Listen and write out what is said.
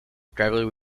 traveled